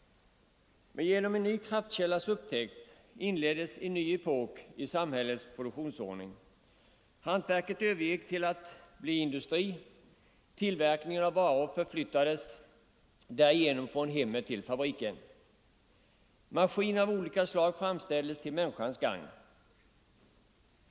Men genom upptäckten av en ny kraftkälla inleddes en ny epok i samhällets produktionsordning. Hantverket övergick till att bli industri. Tillverkningen av varor flyttades därigenom från hemmen till fabriken. Maskiner av olika slag framställdes till människans gagn.